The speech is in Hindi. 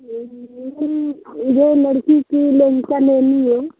यह यह जो लड़की की लेंचा लेनी है